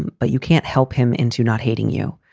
and but you can't help him into not hating you.